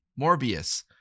Morbius